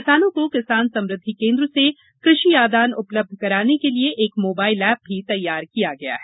किसानों को किसान समुद्धि केंद्र से कृषि आदान उपलब्ध कराने के लिए एक मोबाइल ऐप भी तैयार किया गया है